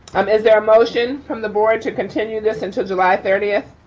um is there a motion from the board to continue this until july thirtieth?